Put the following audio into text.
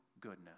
goodness